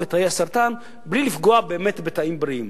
את תאי הסרטן בלי לפגוע באמת בתאים בריאים.